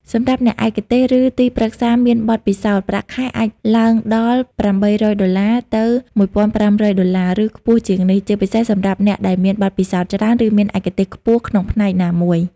សម្រាប់អ្នកឯកទេស ឬទីប្រឹក្សាមានបទពិសោធន៍ ប្រាក់ខែអាចឡើងដល់ $800 ទៅ $1,500 (USD) ឬខ្ពស់ជាងនេះ ជាពិសេសសម្រាប់អ្នកដែលមានបទពិសោធន៍ច្រើន ឬមានឯកទេសខ្ពស់ក្នុងផ្នែកណាមួយ។